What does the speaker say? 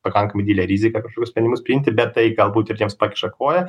pakankamai didelė rizika kažkokius sprendimus priimti bet tai galbūt ir tiems pakiša koją